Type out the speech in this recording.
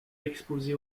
exposée